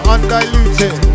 Undiluted